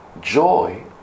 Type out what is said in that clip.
joy